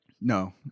No